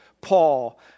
Paul